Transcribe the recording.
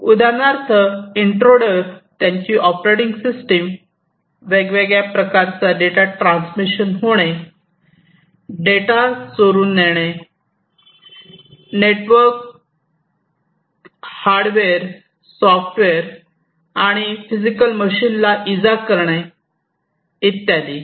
उदाहरणार्थ इंट्रोडर त्यांची ऑपरेटिंग पद्धती वेगवेगळ्या प्रकारचा डेटा ट्रान्समिशन होणे डेटा चोरून नेणे नेटवर्क हार्डवेअर सॉफ्टवेअर आणि फिजिकल मशीनला ला इजा करणे इत्यादी